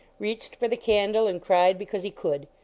reached for the candle and cried because he could.